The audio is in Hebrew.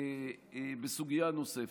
בסוגיה נוספת.